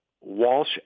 Walsh